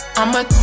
I'ma